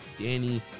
Danny